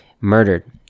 murdered